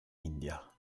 india